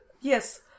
Yes